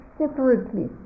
separately